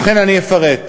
ובכן, אני אפרט: